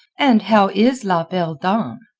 and how is la belle dame?